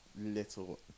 little